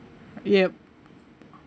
ya